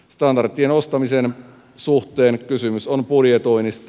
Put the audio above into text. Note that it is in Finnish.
standardien ostamisen suhteen kysymys on budjetoinnista